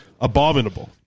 abominable